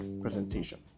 presentation